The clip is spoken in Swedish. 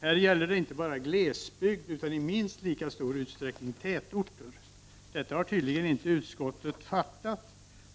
Här gäller det inte bara glesbygd utan i minst lika stor utsträckning tätorter. Detta har tydligen inte utskottet fattat.